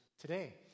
today